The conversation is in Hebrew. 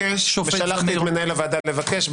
שלחתי את מנהל הוועדה לבקש.